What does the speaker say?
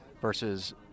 versus